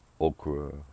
okra